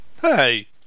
Hey